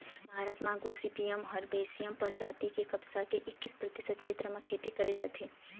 भारत म Gossypium herbaceum परजाति के कपसा के एक्कीस परतिसत छेत्र म खेती करे जाथे